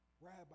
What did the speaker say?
Rabbi